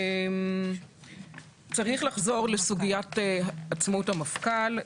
צריך לחזור לסוגיית עצמאות המפכ"ל,